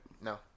No